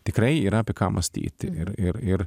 tikrai yra apie ką mąstyti ir ir ir